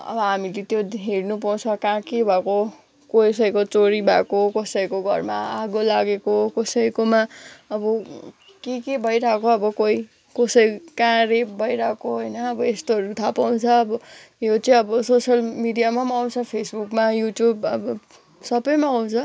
अब हामीले त्यो हेर्नु पाउँछ कहाँ के भएको कसैको चोरी भएको कसैको घरमा आगो लागेको कसैकोमा अब के के भइरहेको अब कोही कसै कहाँ रेप भइरहेको होइन अब यस्तोहरू थाहा पाउँछ अब यो चाहिँ अब सोसल मिडियामा पनि आउँछ फेसबुकमा युट्युब अब सबैमा आउँछ